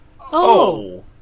Oh